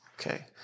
Okay